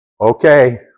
Okay